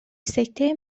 سکته